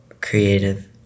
creative